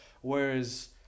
whereas